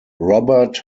robert